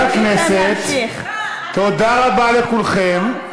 חברי הכנסת, תודה רבה לכולכם.